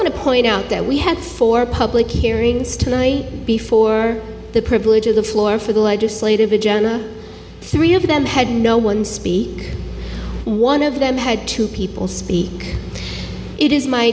want to point out that we had four public hearings before the privilege of the floor for the legislative agenda three of them had no one speak one of them had two people speak it is my